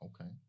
Okay